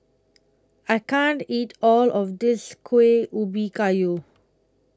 I can't eat All of This Kuih Ubi Kayu